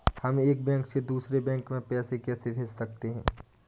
हम एक बैंक से दूसरे बैंक में पैसे कैसे भेज सकते हैं?